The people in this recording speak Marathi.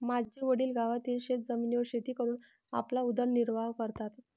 माझे वडील गावातील शेतजमिनीवर शेती करून आपला उदरनिर्वाह करतात